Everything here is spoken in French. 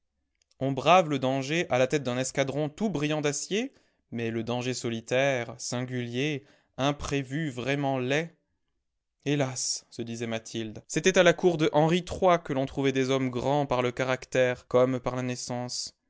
on brave le danger à la tête d'un escadron tout brillant d'acier mais le danger solitaire singulier imprévu vraiment laid hélas se disait mathilde c'était à la cour de henri iii que l'on trouvait des hommes grands par le caractère comme par la naissance